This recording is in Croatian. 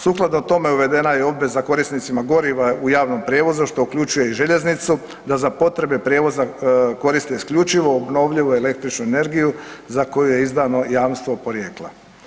Sukladno tome uvedena je obveza korisnicima goriva u javnom prijevozu što uključuje i željeznicu da za potrebe prijevoza koriste isključivo obnovljivu električnu energiju za koje je izdano jamstvo podrijetla.